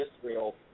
Israel